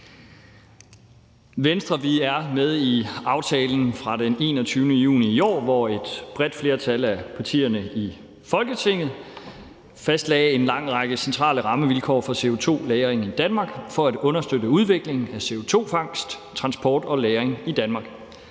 Venstre er med i aftalen fra den 21. juni i år, hvor et bredt flertal af partierne i Folketinget fastlagde en lang række centrale rammevilkår for CO2-lagring i Danmark for at understøtte udviklingen af CO2-fangst, -transport og -lagring i Danmark.